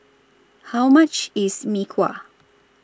How much IS Mee Kuah